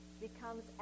becomes